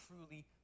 truly